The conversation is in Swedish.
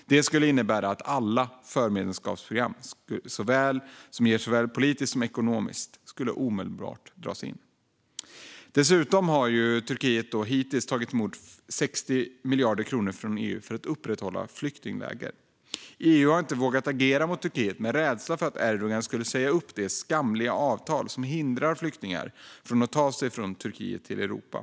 Det skulle innebära att alla de förmåner som förmedlemskapsprogrammet ger såväl politiskt som ekonomiskt omedelbart dras in. Dessutom har Turkiet hittills tagit emot 60 miljarder kronor från EU för att upprätthålla flyktingläger. EU har inte vågat agera mot Turkiet av rädsla för att Erdogan skulle säga upp det skamliga avtal som hindrar flyktingar från att ta sig från Turkiet till Europa.